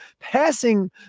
passing